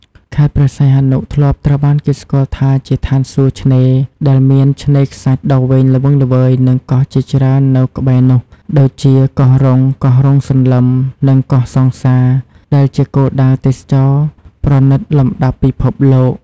ខេត្តព្រះសីហនុធ្លាប់ត្រូវបានគេស្គាល់ថាជា ឋានសួគ៌ឆ្នេរ ដែលមានឆ្នេរខ្សាច់ដ៏វែងល្វឹងល្វើយ និងកោះជាច្រើននៅក្បែរនោះ ដូចជា កោះរ៉ុង កោះរ៉ុងសន្លឹម និងកោះសង្សារ ដែលជាគោលដៅទេសចរណ៍ប្រណិតលំដាប់ពិភពលោក។